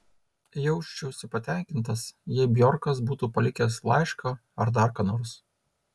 jausčiausi patenkintas jei bjorkas būtų palikęs laišką ar dar ką nors